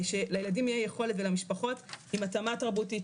שלילדים תהיה יכולת ולמשפחות עם התאמה תרבותית,